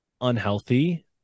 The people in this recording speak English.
unhealthy